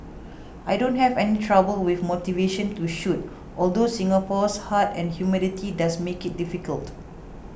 I don't have any trouble with motivation to shoot although Singapore's heat and humidity does make it difficult